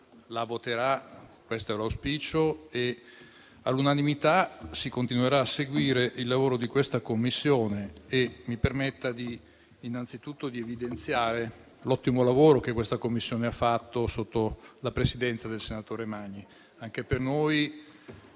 almeno questo è l'auspicio, e all'unanimità si continuerà a seguire il lavoro di questa Commissione. Mi permetta innanzitutto di evidenziare l'ottimo lavoro che la Commissione d'inchiesta ha svolto sotto la presidenza del senatore Magni. Anche per noi